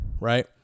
right